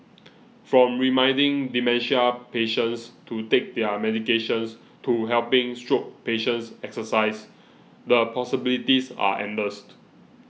from reminding dementia patients to take their medications to helping stroke patients exercise the possibilities are endless